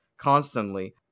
Constantly